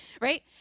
right